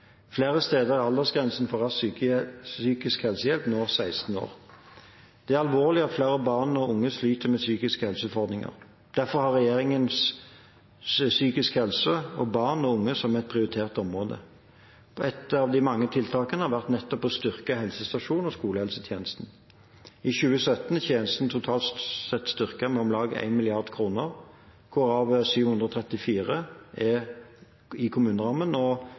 Flere steder er aldersgrensen for rask psykisk helsehjelp nå 16 år. Det er alvorlig at flere barn og unge sliter med psykiske helseutfordringer. Derfor har regjeringen psykisk helse og barn og unge som et prioritert område. Ett av de mange tiltakene har vært nettopp å styrke helsestasjons- og skolehelsetjenesten. I 2017 er tjenesten totalt sett styrket med om lag 1 mrd. kr, hvorav 734 mill. kr er i kommunerammen, og henholdsvis 251 og 29 mill. kr er øremerket til tjenesten og